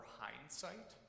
hindsight